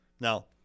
Now